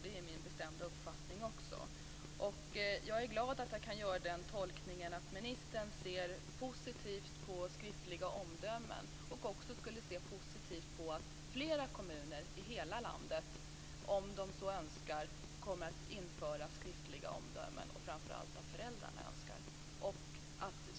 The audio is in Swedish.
Det är också min bestämda uppfattning. Jag är glad att kunna göra tolkningen att ministern ser positivt på skriftliga omdömen och också skulle se positivt på att flera kommuner, om de så önskar, inför skriftliga omdömen. Det gäller framför allt om föräldrarna önskar det.